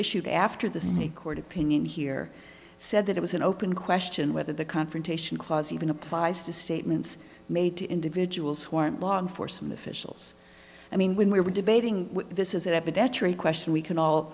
issued after the state court opinion here said that it was an open question whether the confrontation clause even applies to statements made to individuals who aren't law enforcement officials i mean when we were debating this is it the debt or a question we can all